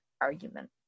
argument